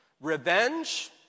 revenge